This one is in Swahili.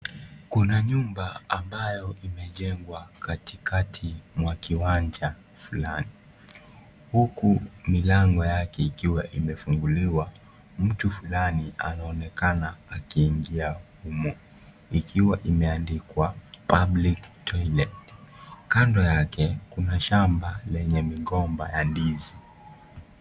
Kuna nyumba ambayo imejengwa katikati mwa kiwanja fulani. Huku milango yake ikiwa imefunguliwa, mtu fulani anaonekana akiingia humo ikiwa imeandikwa public toilet . Kando yake kuna shamba yenye migomba ya ndizi.